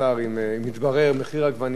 מחיר העגבנייה עם משרד החוץ.